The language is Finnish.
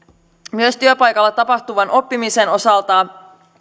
myös työpaikalla tapahtuvan oppimisen osalta